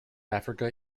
africa